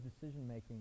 decision-making